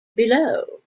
below